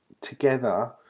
together